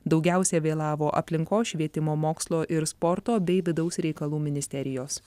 daugiausia vėlavo aplinkos švietimo mokslo ir sporto bei vidaus reikalų ministerijos